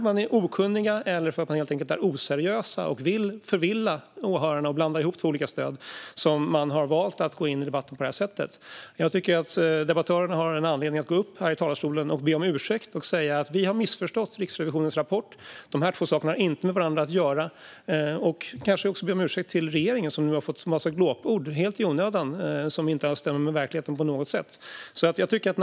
Antingen är de okunniga eller också är de helt enkelt oseriösa och vill förvilla åhörarna genom att gå in i debatten på det här sättet. Jag tycker att debattörerna har anledning att gå upp i talarstolen och be om ursäkt och säga: "Vi har missförstått Riksrevisionens rapport. De här två sakerna har inte med varandra att göra." Kanske ska de också be regeringen om ursäkt, som helt i onödan har blivit utsatt för en massa glåpord som inte på något sätt stämmer med verkligheten.